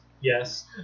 Yes